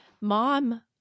Mom